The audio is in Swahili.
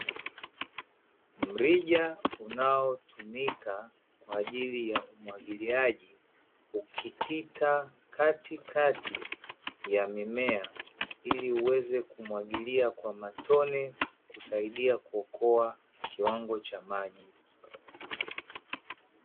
Mrija unaotumika kwa ajili ya umwagiliaji ukipita katikati ya mimea, ili uweze kumwagilia kwa matone kusaidia kuokoa kiwango cha maji.